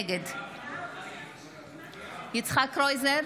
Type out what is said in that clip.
נגד יצחק קרויזר,